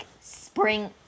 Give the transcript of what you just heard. spring